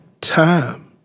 time